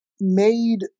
made